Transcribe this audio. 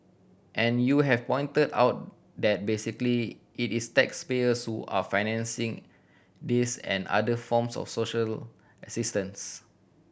and you have pointed out that basically it is taxpayers who are financing this and other forms of social assistance